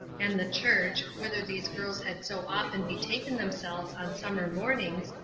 and the church, whither these girls had so often betaken themselves on summer mornings,